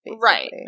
Right